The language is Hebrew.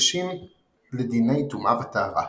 המוקדשים לדיני טומאה וטהרה.